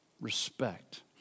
Respect